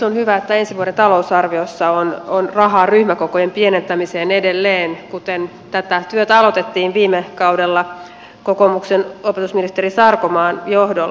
on hyvä että ensi vuoden talousarviossa on rahaa ryhmäkokojen pienentämiseen edelleen tätä työtä aloitettiin viime kaudella kokoomuksen opetusministeri sarkomaan johdolla